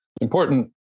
important